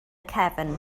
cefn